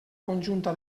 conjunta